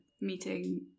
meeting